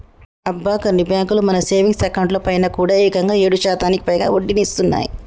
అబ్బా కొన్ని బ్యాంకులు మన సేవింగ్స్ అకౌంట్ లో పైన కూడా ఏకంగా ఏడు శాతానికి పైగా వడ్డీనిస్తున్నాయి